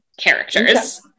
characters